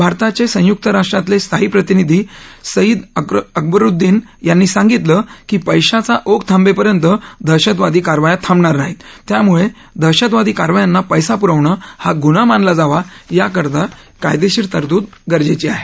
भारताचे संयुक्त राष्ट्रातले स्थायी प्रतिनिधी सईद अकबरुद्दीन यांनी सांगितलं की पैशाचा ओघ थांबेपर्यंत दहशतवादी कारवाया थांबणार नाहीत त्यामुळं दहशतवादी कारवायांना पैसा पुरवणं हा गुन्हा मानला जावा याकरता कायदेशीर तरतूद गरजेची आहे